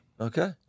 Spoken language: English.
Okay